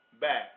Back